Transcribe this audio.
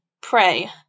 Pray